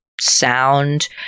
sound